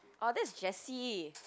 orh that's Jessie